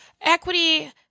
equity